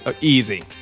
Easy